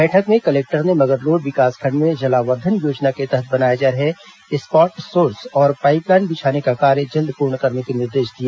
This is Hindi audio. बैठक में कलेक्टर ने मगरलोड विकासखण्ड में जलावर्धन योजना के तहत् बनाए जा रहे स्पॉटसोर्स और पाइपलाइन बिछाने का कार्य जल्द पूर्ण करने के निर्देश दिए